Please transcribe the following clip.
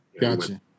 Gotcha